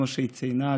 כמו שהיא ציינה,